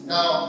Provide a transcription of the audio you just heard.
Now